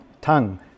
tongue